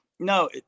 No